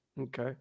okay